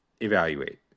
evaluate